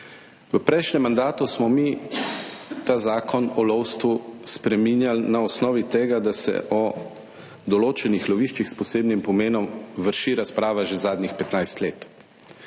V prejšnjem mandatu smo mi ta Zakon o lovstvu spreminjali na osnovi tega, da se o določenih loviščih s posebnim pomenom vrši razprava že zadnjih